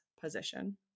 position